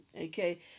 okay